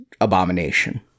abomination